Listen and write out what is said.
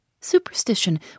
Superstition